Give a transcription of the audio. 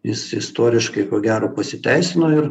jis istoriškai ko gero pasiteisino ir